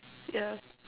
yeah